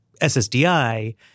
SSDI